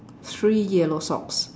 three yellow socks